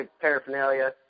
paraphernalia